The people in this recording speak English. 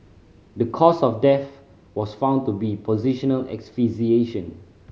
the cause of death was found to be positional asphyxiation